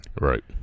Right